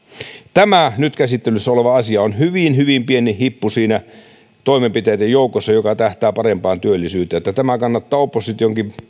tämä nyt käsittelyssä oleva asia on hyvin hyvin pieni hippu niiden toimenpiteiden joukossa jotka tähtäävät parempaan työllisyyteen tämä kannattaa oppositionkin